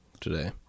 today